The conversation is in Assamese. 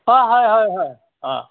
অঁ হয় হয় হয় অঁ